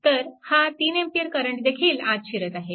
तर हा 3A current देखील आत शिरत आहे